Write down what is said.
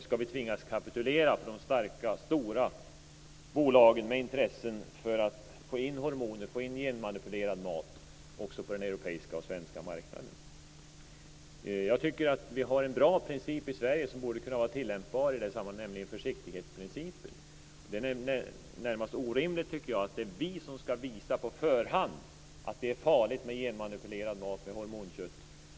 Skall vi tvingas att kapitulera inför starka och stora bolag med intressen för att få in hormoner och genmanipulerad mat på den svenska och europeiska marknaden? Vi har en bra princip i Sverige som borde vara tillämpar i sammanhanget, nämligen försiktighetsprincipen. Det är i det närmaste orimligt att det är vi som på förhand skall visa att det är farligt med genmanipulerad mat och hormonkött.